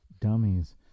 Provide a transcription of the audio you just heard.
Dummies